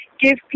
give